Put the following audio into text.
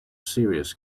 serious